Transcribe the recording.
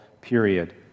period